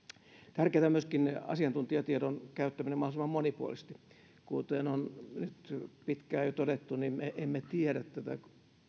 tärkeätä on myöskin asiantuntijatiedon käyttäminen mahdollisimman monipuolisesti kuten on nyt pitkään jo todettu niin me emme tiedä tätä